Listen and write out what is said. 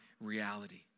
reality